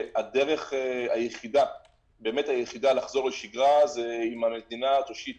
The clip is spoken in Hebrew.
והדרך היחידה לחזור לשגרה היא אם המדינה תושיט